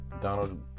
Donald